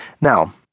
Now